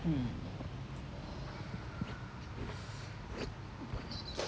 mm